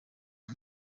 ngo